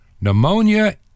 pneumonia